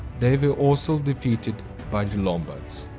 they were also defeated by the lombards.